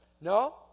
No